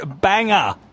banger